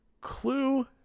Clue